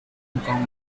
uncommon